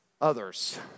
others